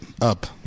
up